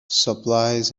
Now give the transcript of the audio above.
supplies